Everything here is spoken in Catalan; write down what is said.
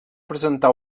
presentar